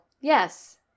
yes